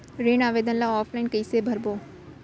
ऋण आवेदन ल ऑफलाइन कइसे भरबो?